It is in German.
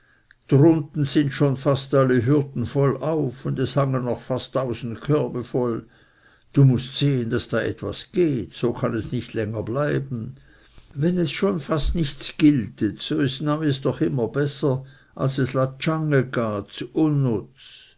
drunten sind schon fast alle hürden voll hochauf und es hangen noch fast tausend körbe voll du mußt sehen daß da etwas geht so kann es nicht länger bleiben wenn es schon fast nichts giltet so ist neuis doch immer besser als es la